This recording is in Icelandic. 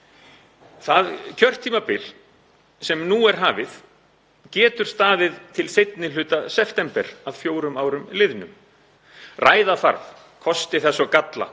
Það kjörtímabil sem nú er hafið getur staðið til seinni hluta september að fjórum árum liðnum. Ræða þarf kosti þess og galla